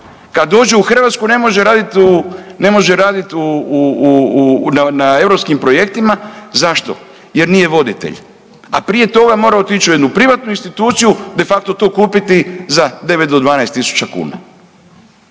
ne može radit u, ne može radit u, na europskim projektima zašto jer nije voditelj, a prije toga mora otići u jednu privatnu instituciju de facto to kupiti za 9 do 12 tisuća kuna.